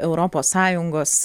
europos sąjungos